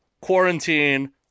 quarantine